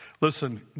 listen